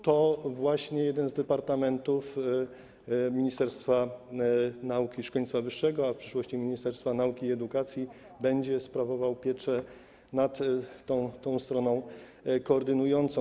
To właśnie jeden z departamentów Ministerstwa Nauki i Szkolnictwa Wyższego, a w przyszłości Ministerstwa Nauki i Edukacji, będzie sprawował pieczę nad tą stroną koordynującą.